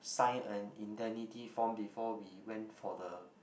sign an indemnity form before we went for the